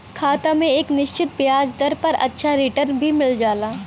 खाता में एक निश्चित ब्याज दर पर अच्छा रिटर्न भी मिल जाला